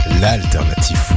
l'alternative